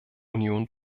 union